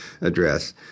address